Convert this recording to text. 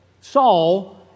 Saul